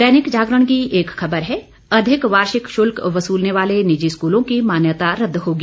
दैनिक जागरण की एक खबर है अधिक वार्षिक शुल्क वसूलने वाले निजी स्कूलों की मान्यता रद्द होगी